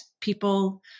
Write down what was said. people